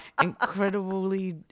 incredibly